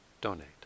donate